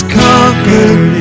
conquered